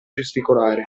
gesticolare